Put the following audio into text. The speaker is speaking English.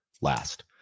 last